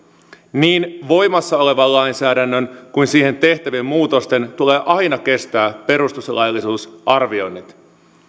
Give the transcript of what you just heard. niin voimassa olevan lainsäädännön kuin siihen tehtävien muutosten tulee aina kestää perustuslaillisuusarvioinnit